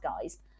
guys